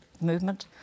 movement